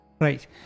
right